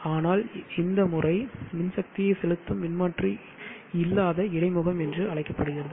ஆனால் இந்த முறை மின்சக்தியை செலுத்தும் மின்மாற்றி இல்லாத இடைமுகம் என்று அழைக்கப்படுகிறது